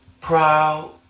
proud